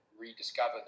rediscover